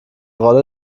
rolle